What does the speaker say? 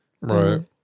Right